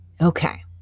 Okay